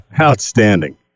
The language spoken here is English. Outstanding